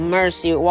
Mercy